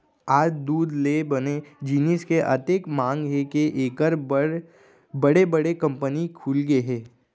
आज दूद ले बने जिनिस के अतेक मांग हे के एकर बर बड़े बड़े कंपनी खुलगे हे